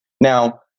Now